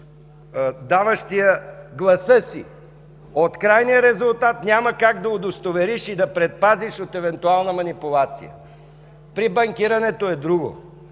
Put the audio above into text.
даващия гласа си от крайния резултат, няма как да удостовериш и да предпазиш от евентуална манипулация. При банкирането е друго.